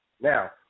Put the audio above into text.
Now